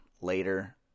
later